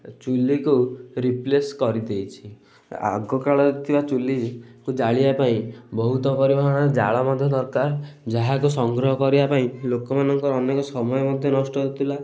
ଚୁଲିକୁ replace କରିଦେଇଛି ଆଗ କାଳରେ ଥିବା ଚୁଲିକୁ ଜାଳିବା ପାଇଁ ବହୁତ ପରିମାଣରେ ଜାଳ ମଧ୍ୟ ଦରକାର ଯାହାକୁ ସଂଗ୍ରହ କରିବା ପାଇଁ ଲୋକମାନଙ୍କ ଅନେକ ସମୟ ମଧ୍ୟ ନଷ୍ଟ ହେଉଥିଲା